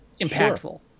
impactful